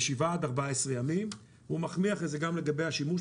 ל-7 עד 14 ימים הוא אומר שזה גם לגבי השימוש,